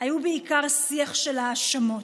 היה בעיקר שיח של האשמות.